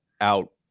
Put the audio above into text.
out